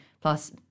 plus